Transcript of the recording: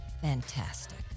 fantastic